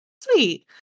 Sweet